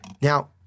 Now